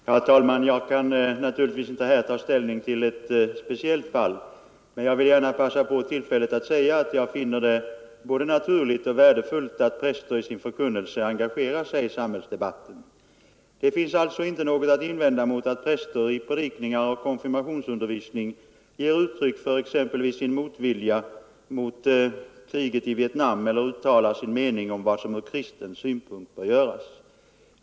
Herr talman! Jag kan naturligtvis inte ta ställning till ett speciellt fall, men jag vill gärna passa på tillfället att säga att jag finner det både naturligt och värdefullt att präster i sin förkunnelse engagerar sig i samhällsdebatter. Det finns alltså inte något att invända mot att präster i predikningar och konfirmationsundervisning ger uttryck för exempelvis sin motvilja mot kriget i Vietnam eller uttalar sin mening om vad som från kristen synpunkt bör göras.